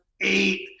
Eight